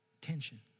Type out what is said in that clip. tension